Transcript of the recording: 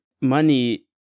Money